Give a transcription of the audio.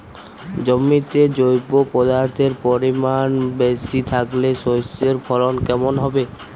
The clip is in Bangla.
জমিতে জৈব পদার্থের পরিমাণ বেশি থাকলে শস্যর ফলন কেমন হবে?